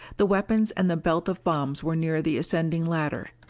the weapons and the belt of bombs were near the ascending ladder,